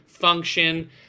Function